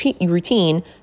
routine